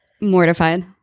Mortified